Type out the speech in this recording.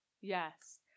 Yes